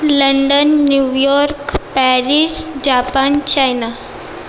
London New York Paris Japan China